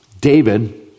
David